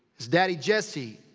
his daddy, jesse.